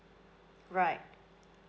right